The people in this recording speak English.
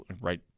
right